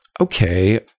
okay